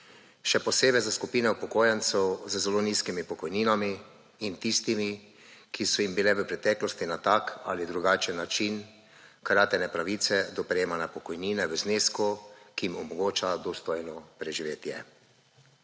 Še posebej za skupino upokojencev z zelo nizkimi pokojninami in tistimi, ki so jim bile v preteklosti na tak ali drugačen način kratene pravice do prejemanja pokojnine v znesku, ki mu omogoča dostojno preživetje.